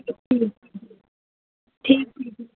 ठीकु आहे